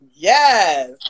Yes